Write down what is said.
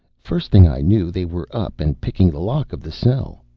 first thing i knew, they were up and picking the lock of the cell.